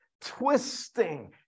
Twisting